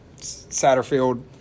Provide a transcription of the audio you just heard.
Satterfield